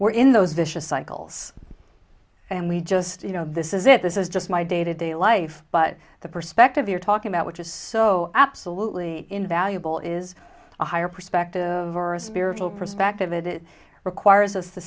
we're in those vicious cycles and we just you know this is it this is just my day to day life but the perspective you're talking about which is so absolutely invaluable is a higher perspective or a spiritual perspective it requires